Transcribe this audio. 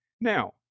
Now